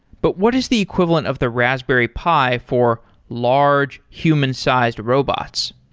but what is the equivalent of the raspberry pi for large human-sized robots?